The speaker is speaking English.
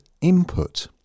input